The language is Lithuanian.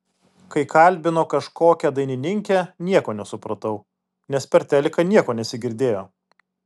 kai kalbino kažkokią dainininkę nieko nesupratau nes per teliką nieko nesigirdėjo